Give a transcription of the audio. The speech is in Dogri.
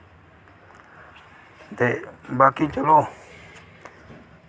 ते बाकी चलो